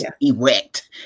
erect